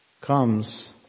comes